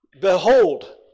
behold